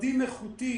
מרדים איכותי,